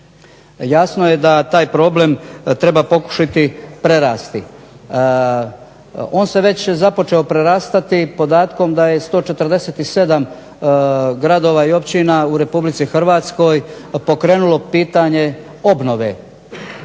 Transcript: Jasno je da taj problem treba pokušati prerasti. On se već započeo prerastati podatkom da je 147 gradova i općina u Republici Hrvatskoj pokrenulo pitanje obnove,